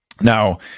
Now